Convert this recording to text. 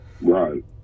right